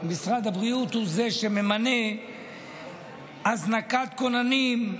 משרד הבריאות הוא שמממן הזנקת כוננים,